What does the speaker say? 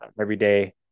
everyday